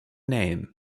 name